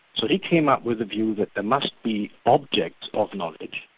so he came up with a view that there must be objects of knowledge,